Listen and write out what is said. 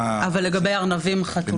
אבל זה כן חל לגבי ארנבים וחתולים.